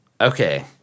Okay